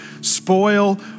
spoil